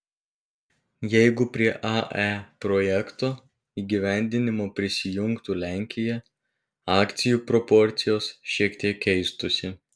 jeigu prie ae projekto įgyvendinimo prisijungtų lenkija akcijų proporcijos šiek tiek keistųsi